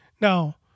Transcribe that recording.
Now